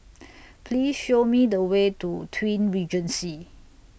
Please Show Me The Way to Twin Regency